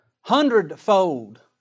Hundredfold